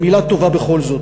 מילה טובה בכל זאת.